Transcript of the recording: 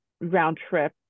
round-trip